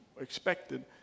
expected